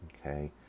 okay